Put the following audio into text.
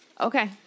Okay